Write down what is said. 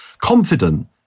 confident